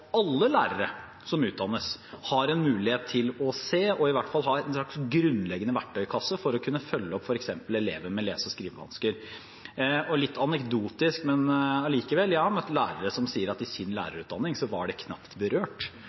alle lærere som utdannes, har en mulighet til å se og i hvert fall ha en slags grunnleggende verktøykasse for å kunne følge opp f.eks. elever med lese- og skrivevansker. Litt anekdotisk, men likevel: Jeg har møtt lærere som sier at i deres lærerutdanning var dysleksi – lese- og skrivevansker – og dyskalkuli knapt berørt.